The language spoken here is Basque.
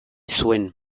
zuen